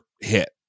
hit